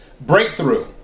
breakthrough